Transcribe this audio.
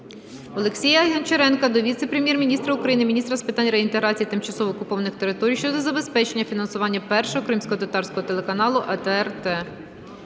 Олексія Гончаренка до віце-прем'єр-міністра України - міністра з питань реінтеграції тимчасово окупованих територій щодо забезпечення фінансування першого кримськотатарського телеканалу "АТR